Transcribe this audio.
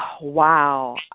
wow